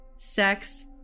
sex